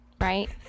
right